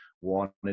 wanted